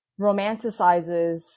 romanticizes